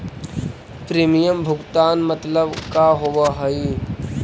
Premium भुगतान मतलब का होव हइ?